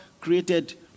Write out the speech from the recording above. created